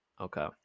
Okay